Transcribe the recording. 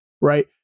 Right